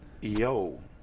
yo